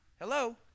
Hello